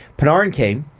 panarin came,